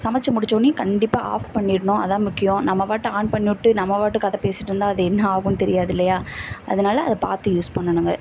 சமைச்சு முடிச்ச ஒடன்னே கண்டிப்பாக ஆஃப் பண்ணிடணும் அதுதான் முக்கியம் நம்ம பாட்டு ஆன் பண்ணிவிட்டு நம்ம பாட்டு கதை பேசிட்டுருந்தால் அது என்ன ஆகுன்னு தெரியாது இல்லையா அதனால அதை பார்த்து யூஸ் பண்ணணுங்க